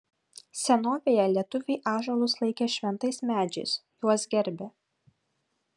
senovėje lietuviai ąžuolus laikė šventais medžiais juos gerbė